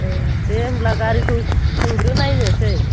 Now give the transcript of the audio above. ओं दे होमब्ला गारिखौ सोंग्रोनायनोसै